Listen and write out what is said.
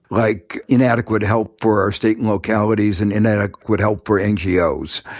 like inadequate help for our state and localities and inadequate help for ngos,